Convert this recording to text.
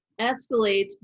escalates